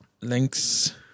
Links